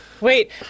wait